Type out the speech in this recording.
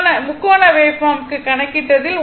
முக்கோண வேவ்பார்ம்க்கு கணக்கிட்டதில் 1